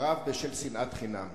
חרב בשל שנאת חינם.